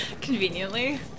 Conveniently